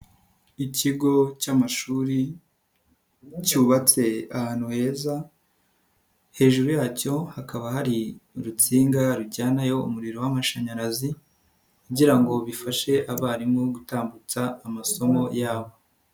Ikigo cy'amashuri cyubatse ahantu, heza hejuru yacyo hakaba hari urutsinga rujyanayo umuriro w'amashanyarazi kugira ngo bifashe abarimu gutambutsa amasomo yabo.